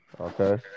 Okay